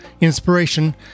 inspiration